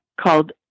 called